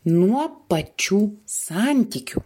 nuo pačių santykių